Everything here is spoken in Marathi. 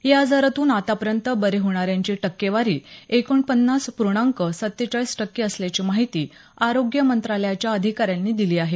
या आजारातून आतापर्यंत बरे होणाऱ्यांची टक्केवारी एकोणपन्नास पूर्णांक सत्तेचाळीस टक्के असल्याची माहिती आरोग्य मंत्रालयाच्या अधिकाऱ्यांनी दिली आहे